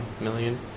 million